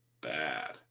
bad